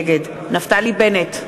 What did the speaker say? נגד נפתלי בנט,